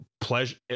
pleasure